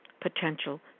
potential